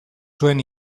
zuen